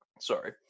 Sorry